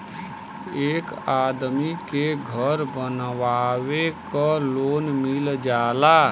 एक आदमी के घर बनवावे क लोन मिल जाला